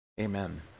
Amen